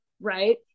right